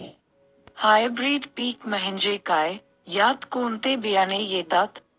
Hybrid पीक म्हणजे काय? यात कोणते बियाणे येतात?